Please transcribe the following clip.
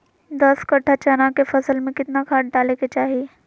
दस कट्ठा चना के फसल में कितना खाद डालें के चाहि?